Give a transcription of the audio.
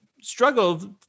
struggled